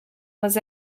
was